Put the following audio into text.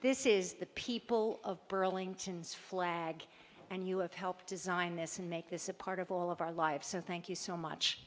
this is the people of burlington's flag and you have helped design this and make this a part of all of our lives so thank you so much